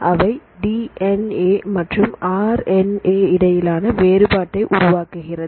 அவை D N A மற்றும் R N A இடையிலான வேறுபாட்டை உருவாக்குகிறது